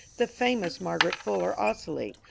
the famous margaret fuller ossoli,